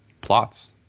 plots